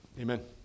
Amen